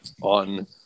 on